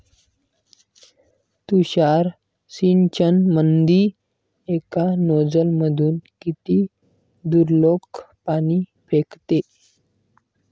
तुषार सिंचनमंदी एका नोजल मधून किती दुरलोक पाणी फेकते?